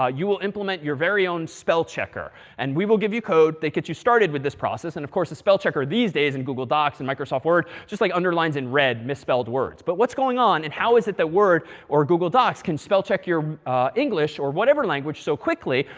ah you will implement your very own spell checker. and we will give you code that gets you started with this process. and of course, a spell checker these days in google docs and microsoft word just like underlines in red misspelled words. but what's going on? and how is it that word or google docs can spell check your english or whatever language so quickly?